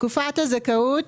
"תקופת הזכאות"